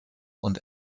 und